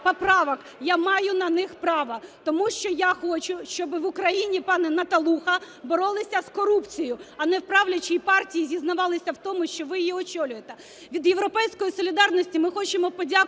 я маю на них право. Тому що я хочу, щоб в Україні, пане Наталуха, боролися з корупцією, а не в правлячій партії зізнавалися в тому, що ви її очолюєте. Від "Європейської солідарності" ми хочемо подякувати